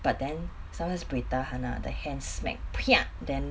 but then sometimes buay tahan ah the hand smack then